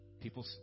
people